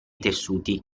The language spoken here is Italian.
tessuti